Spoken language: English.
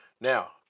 Now